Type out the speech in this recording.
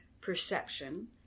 perception